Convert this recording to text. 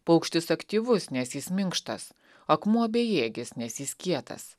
paukštis aktyvus nes jis minkštas akmuo bejėgis nes jis kietas